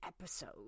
episode